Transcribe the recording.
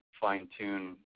fine-tune